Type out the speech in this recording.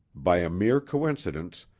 by a mere coincidence,